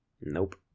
Nope